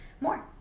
more